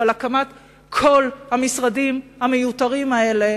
אבל הקמת כל המשרדים המיותרים האלה